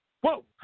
Whoa